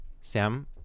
Sam